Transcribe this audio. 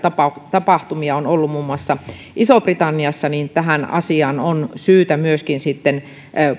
tapahtumia on ollut muun muassa isossa britanniassa on aivan selvää että tähän asiaan on syytä myöskin